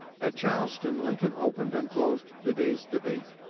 at charleston lincoln opened and closed the day's debate.